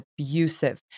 abusive